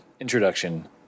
introduction